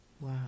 wow